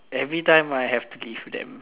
every time I have to leave them